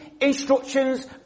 Instructions